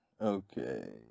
okay